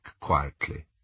quietly